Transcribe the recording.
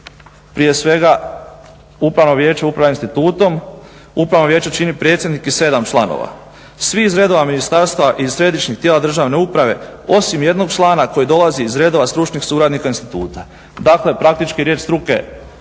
prije svega Upravno vijeće upravlja institutom. Upravno vijeće čini predsjednik i 7 članova svi iz redova ministarstva i središnjih tijela državne uprave osim jednog člana koji dolazi iz redova stručnih suradnika instituta. Dakle, praktički riječ struke